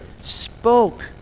spoke